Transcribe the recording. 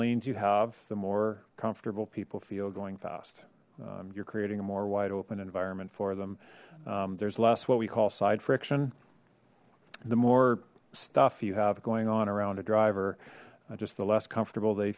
lanes you have the more comfortable people feel going fast you're creating a more wide open environment for them there's less what we call side friction the more stuff you have going on around a driver just the less comfortable they